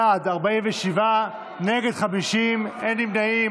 בעד, 47, נגד, 50, אין נמנעים.